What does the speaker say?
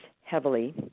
heavily—